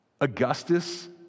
Augustus